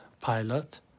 pilot